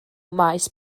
maes